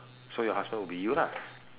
so your husband would be you lah